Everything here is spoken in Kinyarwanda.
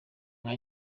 nka